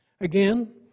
Again